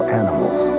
animals